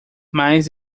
mas